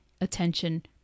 attention